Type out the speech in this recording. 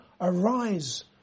arise